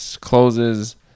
closes